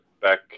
back